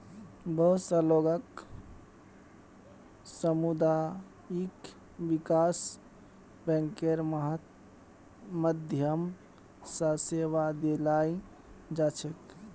बहुत स लोगक सामुदायिक विकास बैंकेर माध्यम स सेवा दीयाल जा छेक